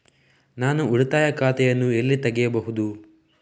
ನಾನು ಉಳಿತಾಯ ಖಾತೆಯನ್ನು ಎಲ್ಲಿ ತೆಗೆಯಬಹುದು?